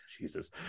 Jesus